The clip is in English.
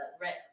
red